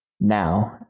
now